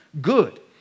good